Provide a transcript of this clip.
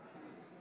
נגד שלמה